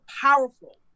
powerful